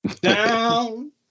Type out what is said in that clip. Down